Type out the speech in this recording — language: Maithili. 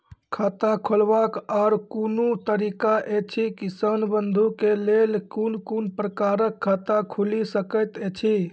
खाता खोलवाक आर कूनू तरीका ऐछि, किसान बंधु के लेल कून कून प्रकारक खाता खूलि सकैत ऐछि?